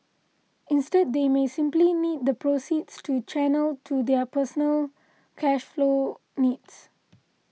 instead they may simply need the proceeds to channel into their personal cash flow needs